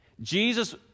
Jesus